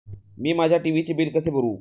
मी माझ्या टी.व्ही चे बिल कसे भरू?